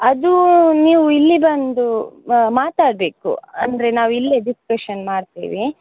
ಅದು ನೀವು ಇಲ್ಲಿ ಬಂದು ಮಾತಾಡಬೇಕು ಅಂದರೆ ನಾವಿಲ್ಲೇ ಡಿಸ್ಕಷನ್ ಮಾಡ್ತೇವೆ